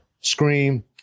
Scream